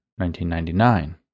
1999